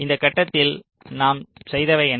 இந்த கட்டத்தில் நாம் செய்தவை என்ன